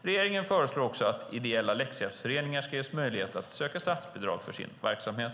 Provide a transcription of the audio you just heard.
Regeringen föreslår också att ideella läxhjälpsföreningar ska ges möjlighet att söka statsbidrag för sin verksamhet.